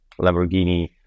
Lamborghini